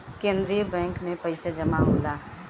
केंद्रीय बैंक में पइसा जमा होला